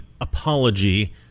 apology